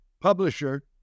publisher